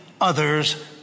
others